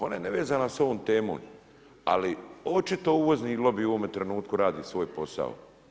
Ona je nevezana s ovom temom, ali očito uvozni lobiji u ovom trenutku radi svoj posao.